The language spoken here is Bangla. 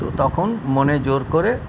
তো তখন মনে জোর করে